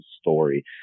story